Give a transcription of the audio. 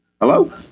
Hello